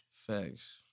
Facts